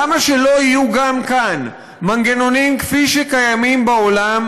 למה שלא יהיו גם כאן מנגנונים כפי שקיימים בעולם,